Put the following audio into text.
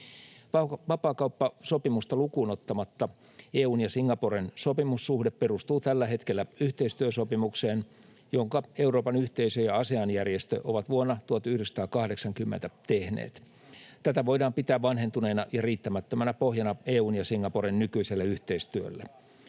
Vapaakauppasopimusta lukuun ottamatta EU:n ja Singaporen sopimussuhde perustuu tällä hetkellä yhteistyösopimukseen, jonka Euroopan yhteisö ja Asean-järjestö ovat vuonna 1980 tehneet. Tätä voidaan pitää vanhentuneena ja riittämättömänä pohjana EU:n ja Singaporen nykyiselle yhteistyölle.